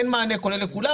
אין מענה כולל לכולם.